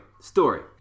Story